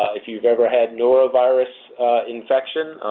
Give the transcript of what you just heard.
if you've ever had norovirus infection,